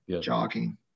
jogging